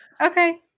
okay